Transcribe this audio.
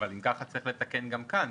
אם כך צריך לתקן גם כאן.